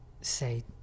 say